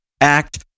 act